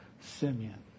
Simeon